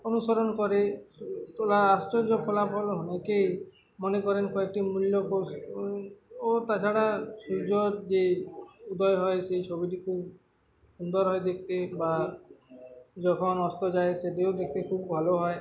অনুসরণ করে তোলার আশ্চর্য ফলাফল অনেকেই মনে করেন কয়েকটি মূল্য ও তাছাড়া সূর্যর যে উদয় হয় সেই ছবিটি খুব সুন্দর হয় দেখতে বা যখন অস্ত যায় সেটিও দেখতে খুব ভালো হয়